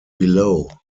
below